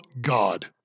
god